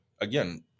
again